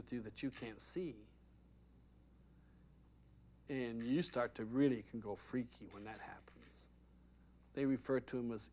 with you that you can't see and you start to really can go freaky when that they refer to him as